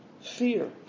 fear